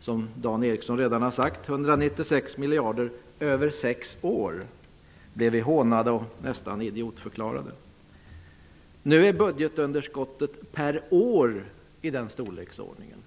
som Dan Eriksson i Stockholm redan har sagt, 196 miljarder över en sexårsperiod blev vi hånade och nästan idiotförklarade. Nu är budgetunderskottet per år uppe i den storleksordningen.